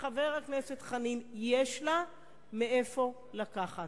חבר הכנסת חנין, יש לה מאיפה לקחת.